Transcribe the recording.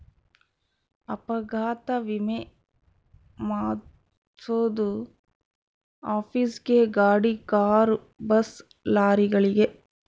ಅಪಘಾತ ವಿಮೆ ಮಾದ್ಸೊದು ಆಫೀಸ್ ಗೇ ಗಾಡಿ ಕಾರು ಬಸ್ ಲಾರಿಗಳಿಗೆ